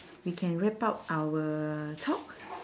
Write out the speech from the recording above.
we can wrap up our talk